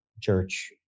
church